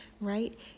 right